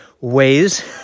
ways